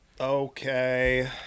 Okay